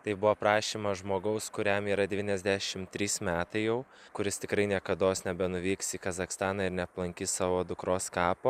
tai buvo prašymas žmogaus kuriam yra devyniasdešim trys metai jau kuris tikrai niekados nebenuvyks į kazachstaną ir neaplankys savo dukros kapo